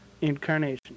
incarnation